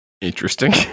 Interesting